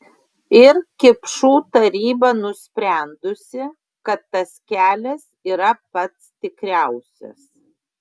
ir kipšų taryba nusprendusi kad tas kelias yra pats tikriausias